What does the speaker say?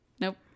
Nope